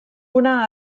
una